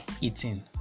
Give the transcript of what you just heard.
eating